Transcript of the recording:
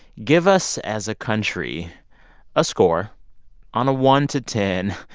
give us as a country a score on a one to ten,